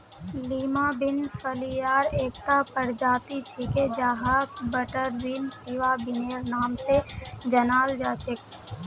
Lima bean फलियार एकता प्रजाति छिके जहाक बटरबीन, सिवा बिनेर नाम स जानाल जा छेक